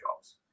jobs